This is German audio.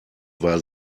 war